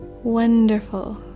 Wonderful